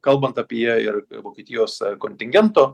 kalbant apie ir vokietijos kontingento